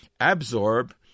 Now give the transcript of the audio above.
Absorb